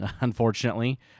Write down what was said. unfortunately